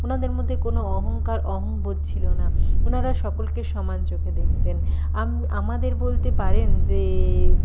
ওনাদের মধ্যে কোনো অহংকার অহংবোধ ছিল না ওনারা সকলকে সমান চোখে দেখতেন আমাদের বলতে পারেন যে